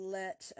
let